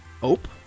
Hope